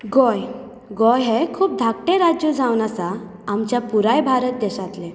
गोंय गोंय हें खूब धाकटें राज्य जावन आसा आमच्या पुराय भारत देशातलें